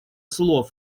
слов